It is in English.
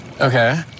Okay